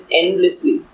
endlessly